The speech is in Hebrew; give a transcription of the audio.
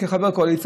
כחבר קואליציה,